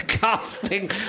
Gasping